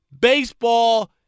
Baseball